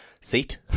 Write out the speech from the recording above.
seat